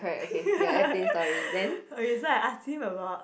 okay so I ask him about